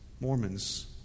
Mormons